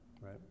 right